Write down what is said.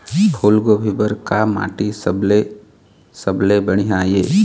फूलगोभी बर का माटी सबले सबले बढ़िया ये?